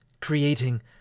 creating